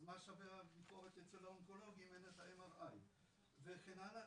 אז מה שווה הביקורת אצל האונקולוג אם אין את ה- MRI. וכן הלאה,